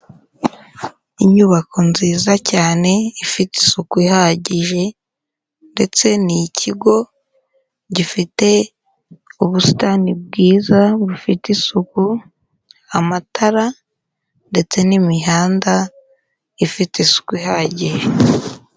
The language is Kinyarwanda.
Inyubako nziza cyane ifite isuku ihagije ndetse n'ikigo gifite ubusitani bwiza bufite isuku, amatara ndetse n'imihanda ifite isuku ihagije.